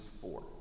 four